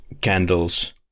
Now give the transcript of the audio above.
candles